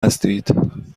هستید